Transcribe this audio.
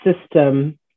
system